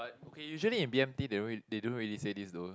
but okay usually in b_m_t they don't really they don't really say this though